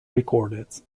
recorded